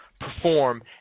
perform